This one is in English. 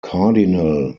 cardinal